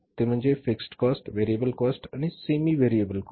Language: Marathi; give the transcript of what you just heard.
ते म्हणजे फिक्स्ड कॉस्ट व्हेरिएबल कॉस्ट आणि सेमी व्हेरिएबल कॉस्ट